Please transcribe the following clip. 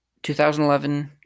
2011